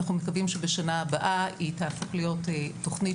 אנחנו מקווים שבשנה הבאה היא תהפוך להיות תוכנית